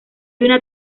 una